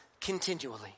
continually